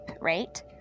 right